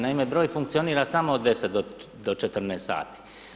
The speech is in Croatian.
Naime, broj funkcionira samo od 10-14 sati.